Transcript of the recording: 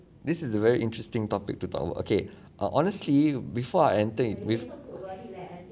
this is a very interesting topic to talk about okay err honestly before I enter with